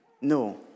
no